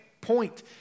point